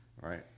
right